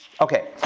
okay